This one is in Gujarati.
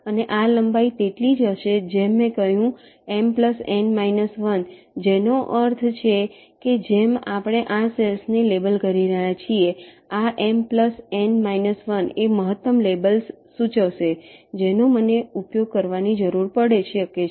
અને આ લંબાઈ તેટલી જ હશે જેમ મે કહ્યું M N −1 જેનો અર્થ છે કે જેમ આપણે આ સેલ્સ ને લેબલ કરી રહ્યા છીએ આ M N −1 એ મહત્તમ લેબલ સૂચવશે જેનો મને ઉપયોગ કરવાની જરૂર પડી શકે છે